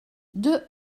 deux